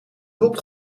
hulp